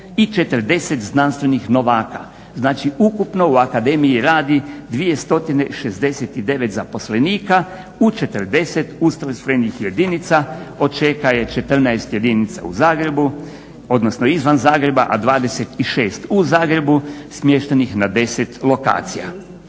i 40 znanstvenih novaka. Znači ukupno u akademiji radi 269 zaposlenika u 40 ustrojstvenih jedinica od čega je 14 jedinica u Zagrebu, odnosno izvan Zagreba, a 26 u Zagrebu smještenih na 10 lokacija.